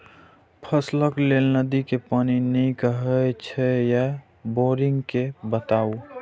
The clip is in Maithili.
फसलक लेल नदी के पानी नीक हे छै या बोरिंग के बताऊ?